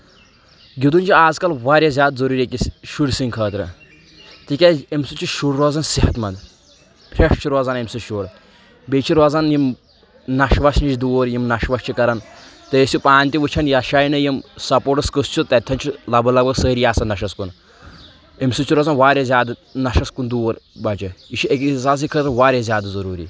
گِنٛدُن چھُ آز کل واریاہ زیادٕ ضروٗری أکِس شُرۍ سٕنٛدۍ خٲطرٕ تِکیازِ امہِ سۭتۍ چھُ شُرۍ روزان صحت منٛد فرٛیش چھُ روزان امہِ سۭتۍ شُر بیٚیہِ چھِ روزان یِم نشہٕ وشہٕ نِش دوٗر یِم نشہٕ وشہٕ چھِ کران تُہۍ ٲسِو پانہٕ تہِ وٕچھان یا جایہِ نہٕ یِم سپوٹس قٕسہٕ چھِ تتہِ چھُ لگ بگ لگ بگ سٲری آسان نشس کُن أمۍ سۭتۍ چھُ روزان واریاہ زیادٕ نشس کُن دوٗر بچہِ یہِ چھِ أکِس انِسان سٕندۍ خٲطرٕ واریاہ زیادٕ ضروٗری